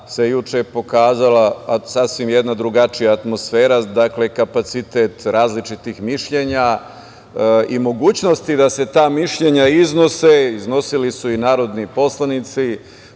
se juče pokazala sasvim jedna drugačija atmosfera, dakle kapacitet različitih mišljenja i mogućnosti da se ta mišljenja iznose, a iznosili su narodni poslanici